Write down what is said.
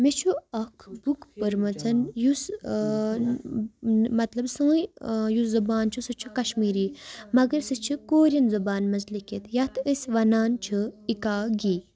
مےٚ چھُ اَکھ بُک پٔٔرمٕژَن یُس مطلب سٲںۍ یُس زَبان چھِ سُہ چھِ کَشمیٖری مگر سُہ چھِ کوریَن زَبان منٛز لیکِتھ یَتھ أسۍ وَنان چھِ اِکا گے